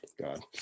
god